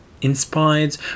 Inspired